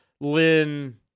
Lynn